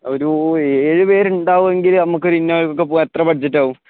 ഒരു ഏഴ് പേരുണ്ടാകുമെങ്കിലും നമുക്കൊരു ഇന്നോവ ഒക്കെ പോകാൻ എത്ര ബഡ്ജറ്റ് ആകും